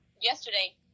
yesterday